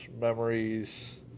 memories